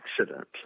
accident